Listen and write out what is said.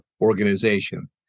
organization